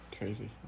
Crazy